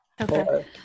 Okay